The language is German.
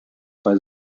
zwei